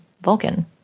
Vulcan